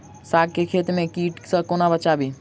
साग केँ खेत केँ कीट सऽ कोना बचाबी?